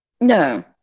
No